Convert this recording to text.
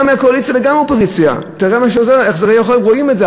גם מהקואליציה וגם מהאופוזיציה: רואים את זה,